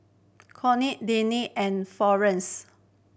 Courtney Dani and Florenes